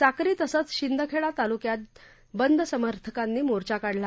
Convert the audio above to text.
साक्री तसंच शिंदखेडा तालुक्यात बंद समर्थकांनी मोर्चा काढला